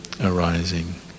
arising